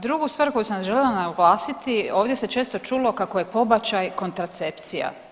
Drugu stvar koju sam željela naglasiti, ovdje se često čulo kako je pobačaj kontracepcija.